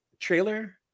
Trailer